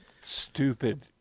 stupid